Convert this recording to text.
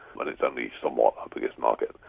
but it's only somewhat our biggest market.